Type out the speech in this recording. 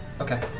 Okay